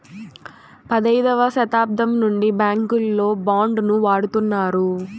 పదైదవ శతాబ్దం నుండి బ్యాంకుల్లో బాండ్ ను వాడుతున్నారు